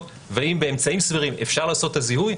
ואם באמצעים סבירים אפשר לעשות את הזיהוי,